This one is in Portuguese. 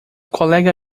colega